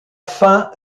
fin